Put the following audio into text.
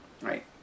right